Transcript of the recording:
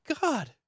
God